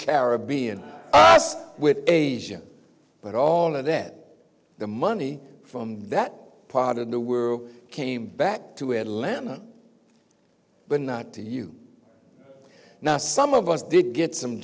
caribbean us with agent but all of that the money from that part of the were came back to atlanta but not to you now some of us did get some